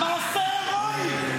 "מעשה הירואי"?